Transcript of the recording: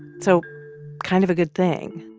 so kind of a good thing,